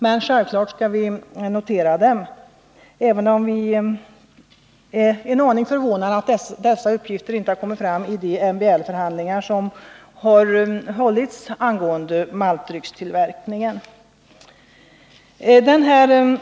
Men självfallet skall vi notera dem, även om vi är förvånade över att dessa uppgifter inte har kommit fram vid de MBL-förhandlingar som har hållits angående maltdryckstillverkningen.